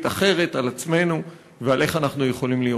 על עצמנו ועל איך אנחנו יכולים להיות.